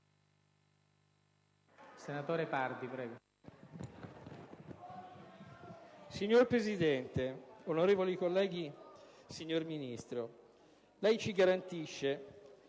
finestra") *(IdV)*. Signor Presidente, onorevoli colleghi, signor Ministro, lei ci garantisce che